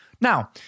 Now